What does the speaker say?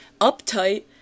uptight